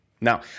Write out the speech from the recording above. Now